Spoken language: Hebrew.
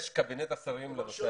אדוני, יש את קבינט השרים לעלייה.